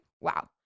Wow